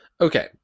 Okay